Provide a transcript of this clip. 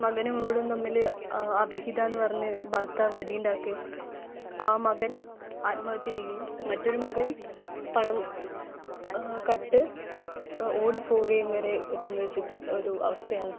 മകനും അവളും തമ്മില് അവിഹിതമാണെന്ന് പറഞ്ഞ് ഭർത്താവ് അടിയുണ്ടാക്കുകയും ആ മകൻ ആത്മഹത്യ ചെയ്യുകയും മറ്റൊരു മകൻ പണം കട്ട് ഓടിപ്പോവുകയും വരെ എത്തുന്ന ഒരു ഒരു അവസ്ഥയാണ്